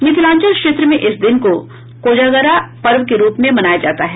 मिथिलांचल क्षेत्र में इस दिन को कोजागरा पर्व के रूप में मनाया जाता है